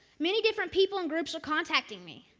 many different people and groups were contacting me.